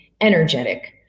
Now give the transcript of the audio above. energetic